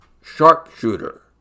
sharpshooter